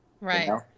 Right